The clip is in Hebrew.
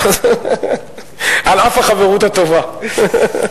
על אף החברות הטובה.